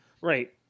Right